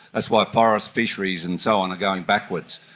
that's why forest, fisheries and so on are going backwards.